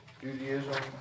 Judaism